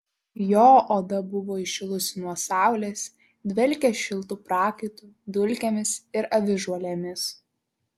jo oda buvo įšilusi nuo saulės dvelkė šiltu prakaitu dulkėmis ir avižuolėmis